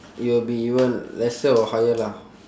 you will be you won't lesser or higher lah